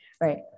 right